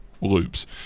loops